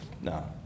no